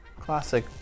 classic